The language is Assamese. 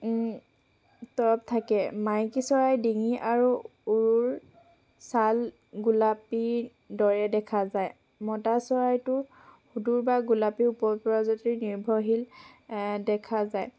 তৰপ থাকে মাইকী চৰাই ডিঙি আৰু উৰৰ ছাল গোলাপী দৰে দেখা যায় মতা চৰাইটোৰ সুদুৰ বা গোলাপী উপপ্ৰজাতিৰ নিৰ্ভৰশীল দেখা যায়